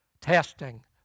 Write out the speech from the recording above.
testing